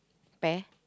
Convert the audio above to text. spare